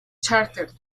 chárter